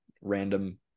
random